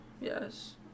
Yes